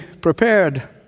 prepared